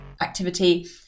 activity